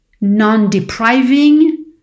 non-depriving